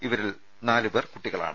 ഇവരിൽ നാലു പേർ കുട്ടികളാണ്